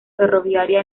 ferroviaria